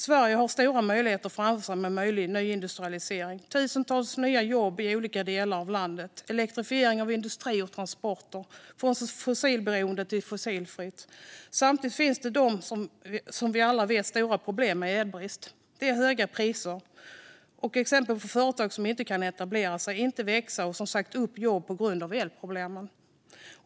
Sverige har stora möjligheter framför sig med nyindustrialisering: tusentals nya jobb i olika delar av landet, elektrifiering av industri och transporter samt utfasning av fossilberoendet till fossilfritt. Samtidigt finns stora problem med elbrist. Det är höga priser. Det finns exempel på företag som inte kan etablera sig, inte kan växa eller har sagt upp jobb på grund av elproblemen.